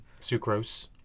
Sucrose